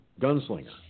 Gunslinger